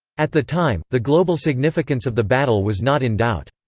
at the time, the global significance of the battle was not in doubt.